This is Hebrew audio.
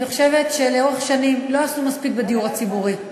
אני חושבת שלאורך שנים לא עשו מספיק בדיור הציבורי,